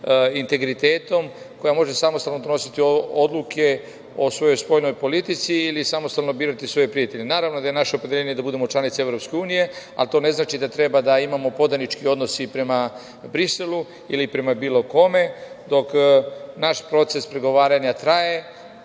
integritetom, koja može samostalno donositi odluke o svojoj spoljnoj politici ili samostalno birati svoje prijatelje. Naravno da je naše opredeljenje da budemo članica Evropske unije, ali to ne znači da treba da imamo podanički odnos i prema Briselu ili prema bilo kome, dok naš proces pregovaranja traje,